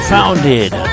Founded